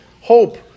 hope